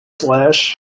slash